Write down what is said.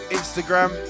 Instagram